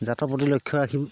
জাতটোৰ প্ৰতি লক্ষ্য ৰাখিম